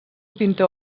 pintor